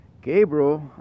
Gabriel